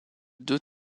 deux